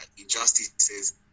injustices